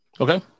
Okay